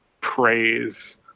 praise